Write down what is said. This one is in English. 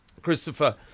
Christopher